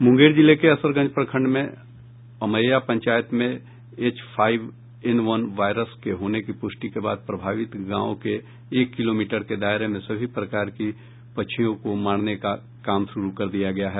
मुंगेर जिले के असरगंज प्रखंड में अमैया पंचायत में H five N one virus के होने की पुष्टि के बाद प्रभावित गांवों के एक किलोमीटर के दायरे में सभी प्रकार की पक्षियों को मारने का काम शुरू कर दिया गया है